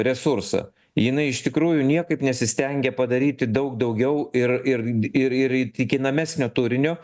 resursą jinai iš tikrųjų niekaip nesistengia padaryti daug daugiau ir ir ir ir ir įtikinamesnio turinio